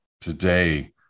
Today